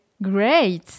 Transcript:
Great